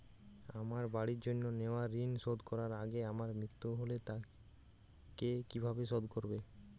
আমার বাড়ির জন্য নেওয়া ঋণ শোধ করার আগে আমার মৃত্যু হলে তা কে কিভাবে শোধ করবে?